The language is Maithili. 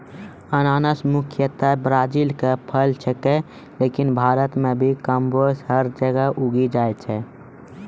अनानस मुख्यतया ब्राजील के फल छेकै लेकिन भारत मॅ भी कमोबेश हर जगह उगी जाय छै